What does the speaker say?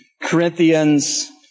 Corinthians